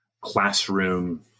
classroom